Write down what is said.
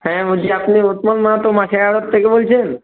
হ্যাঁ বলছি আপনি উৎপল মাহাতো মাছের আড়ত থেকে বলছেন